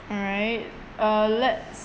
alright uh let's